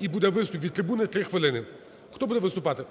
і буде виступ від трибуни 3 хвилини. Хто буде виступати?